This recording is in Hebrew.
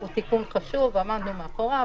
הוא תיקון חשוב, עמדנו מאחוריו,